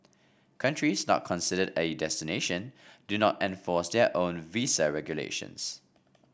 countries not considered a destination do not enforce their own visa regulations